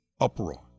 uproar